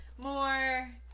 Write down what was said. More